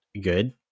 good